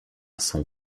sont